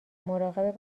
مراقب